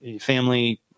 family